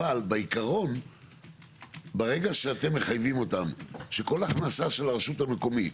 אבל בעיקרון ברגע שאתם מחייבים אותם שכל הכנסה של הרשות המקומית